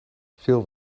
veel